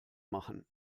machen